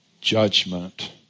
judgment